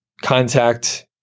contact